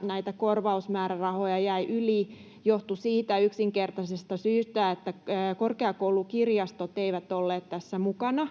näitä korvausmäärärahoja jäi yli, johtui siitä yksinkertaisesta syystä, että korkeakoulukirjastot eivät olleet tässä mukana.